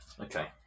Okay